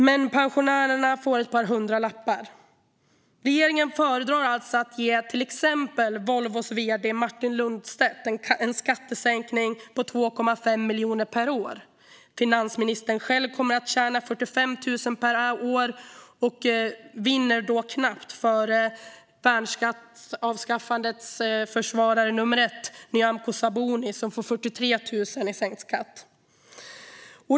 Men pensionärerna får ett par hundralappar. Regeringen föredrar alltså att ge till exempel Volvos vd Martin Lundstedt en skattesänkning på 2,5 miljoner per år. Finansministern själv kommer att tjäna 45 000 per år och vinner då knappt före värnskattsavskaffandets försvarare nummer ett, Nyamko Sabuni, som får 43 000 i sänkt skatt.